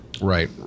Right